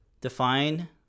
define